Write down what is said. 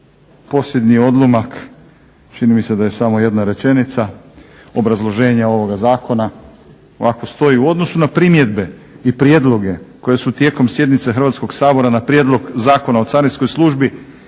posljednji odlomak, čini mi se da je samo jedna rečenica obrazloženja ovoga zakona, ovako stoji "U odnosu na primjedbe i prijedloge koje su tijekom sjednice Hrvatskog sabora na prijedlog Zakona o carinskog službi